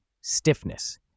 stiffness